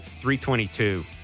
.322